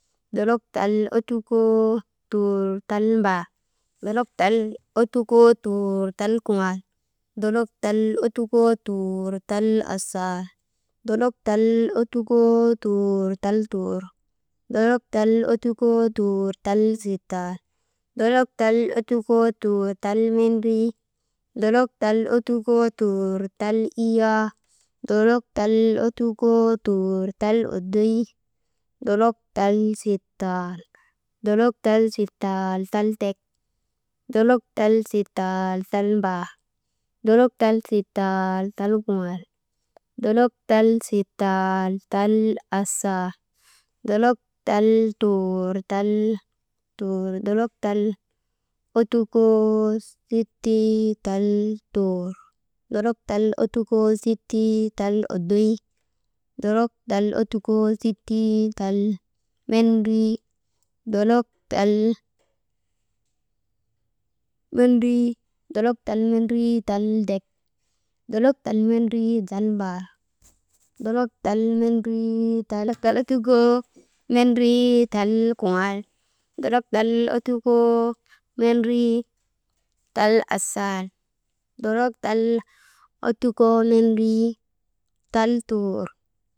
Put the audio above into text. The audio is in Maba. Dolok tal ottukoo tuur tal mbaar, dolok tal ottukoo tuur tal kuŋaal, dolok tal ottukoo tuur tal asaal, dolok tal ottukoo tuur tal tuur, dolok tal ottukoo tuur tal sittal, dolok tal ottukoo tuur tal mendrii, dolok tal ottukoo tuur tal iyaa, dolok tal ottukoo tuur tal oddoy, dolok tal sittal, dolok tal sitaal tal tek, dolok tal sitaal tal mbaar, dolok tal sitaal tal kuŋaal, dolok tal sitaal tal asaal, dolok tal sitaal tal mbaar, dolok tal sitaal tal kuŋaaal, dolok tal sitaal tal asaal, dolok tal tuur tal tuur, dolok tal ottukoo sittii tal tuur, dolok tal ottukoo sittii tal oddoy, dolok tal ottukoo sittii tal mendrii, dolok tal mendrii, dolok tal mendrii tal tek, dolok tal mendrii tal mbaar, dolok tal«hesitation» tal ottukoo mendrii tal kuŋaal, dolok tal mendrii tal asaal, dolok tal mendrii tal tuur.